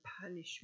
punishment